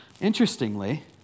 Interestingly